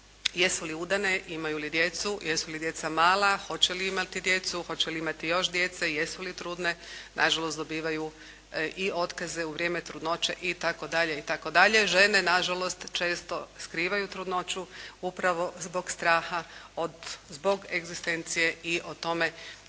jesu li udane, imaju li djecu, jesu li djeca mala, hoće li imati djecu, hoće li imati još djece, jesu li trudne, na žalost dobivaju i otkaze u vrijeme trudnoće itd. itd. Žene na žalost često skrivaju trudnoću upravo zbog straha zbog egzistencije i o tome